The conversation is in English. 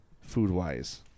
food-wise